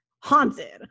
haunted